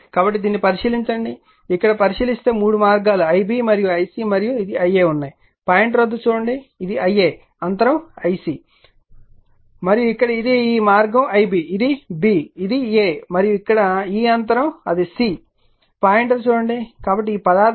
కాబట్టి దీనిని పరిశీలించండి ఇక్కడ పరిశీలిస్తే మూడు మార్గాలు lB మరియు lC మరియు ఇది lA ఉన్నాయి పాయింటర్ వద్ద చూడండి ఇది lA అంతరం lC మరియు ఇక్కడ ఇది ఈ మార్గం lB ఇది B ఇది A మరియు ఇక్కడ ఈ అంతరం అది C గా గుర్తించండి పాయింటర్ చూడండి